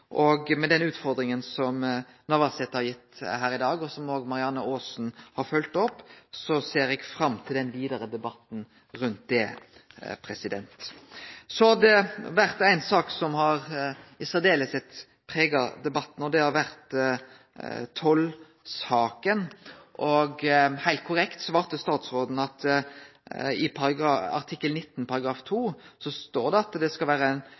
Med den utfordringa som Navarsete har gitt her i dag, og som òg Marianne Aasen har følgt opp, ser eg fram til den vidare debatten rundt det. Så har det vore ein sak som særleg har prega debatten, og det er tollsaka. Heilt korrekt svarte statsråden at i artikkel 19 andre ledd står det at ein skal